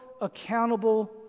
accountable